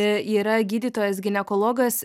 yra gydytojas ginekologas